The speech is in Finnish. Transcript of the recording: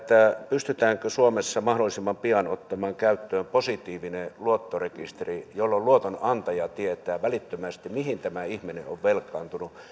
pystytäänkö suomessa mahdollisimman pian ottamaan käyttöön positiivinen luottorekisteri jolloin luotonantaja tietää välittömästi mihin tämä ihminen on velkaantunut